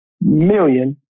million